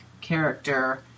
character